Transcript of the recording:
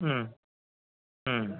ಹ್ಞೂ ಹ್ಞೂ